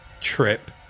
trip